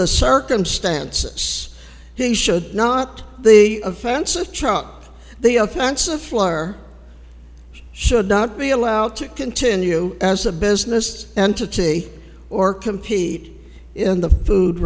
the circumstances he should not the offensive chop the offensive flyer should not be allowed to continue as a business entity or compete in